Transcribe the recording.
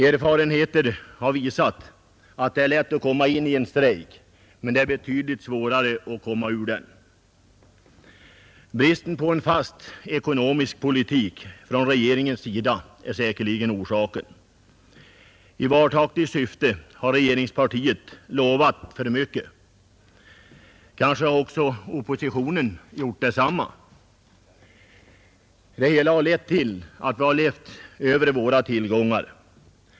Erfarenheter har visat att det är lätt att komma in i en strejk men att det är betydligt svårare att komma ur den. Bristen på en fast ekonomisk politik från regeringens sida är säkerligen orsaken. I valtaktiskt syfte har regeringspartiet lovat för mycket. Kanske har oppositionen gjort detsamma. Det hela har lett till att vi levt över våra tillgångar.